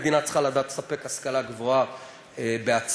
מדינה צריכה לדעת לספק השכלה גבוהה בעצמה.